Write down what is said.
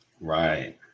right